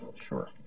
Sure